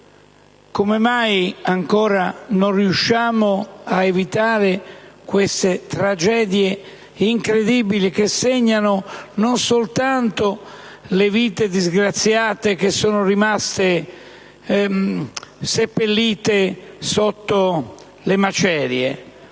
Come mai ancora non riusciamo ad evitare queste tragedie incredibili, che segnano non soltanto le vite disgraziate rimaste seppellite sotto le macerie,